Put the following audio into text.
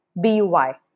B-U-Y